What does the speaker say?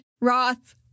Roth